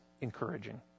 encouraging